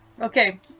Okay